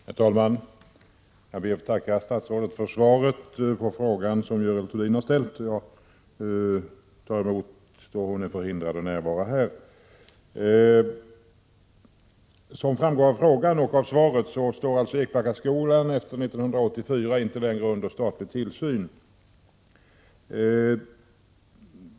Herr talman! Jag ber att få tacka statsrådet för svaret på den fråga som Görel Thurdin har ställt, som jag tar emot då hon är förhindrad att närvara. Som framgår av frågan och av svaret står Ekbackaskolan efter 1984 inte längre under statlig tillsyn.